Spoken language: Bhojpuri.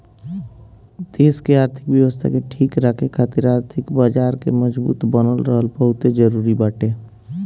देस के आर्थिक व्यवस्था के ठीक राखे खातिर आर्थिक बाजार के मजबूत बनल रहल बहुते जरुरी बाटे